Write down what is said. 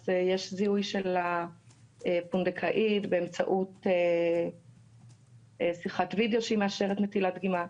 אז יש זיהוי של הפונדקאית באמצעות שיחת וידאו שהיא מאשרת נטילת דגימה.